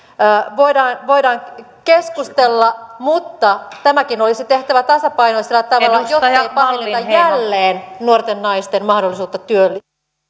voidaan voidaan keskustella mutta tämäkin olisi tehtävä tasapainoisella tavalla jottei pahenneta jälleen nuorten naisten mahdollisuutta